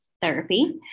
therapy